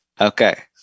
Okay